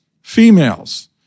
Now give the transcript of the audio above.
females